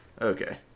Okay